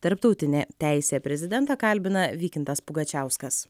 tarptautinė teisė prezidentą kalbina vykintas pugačiauskas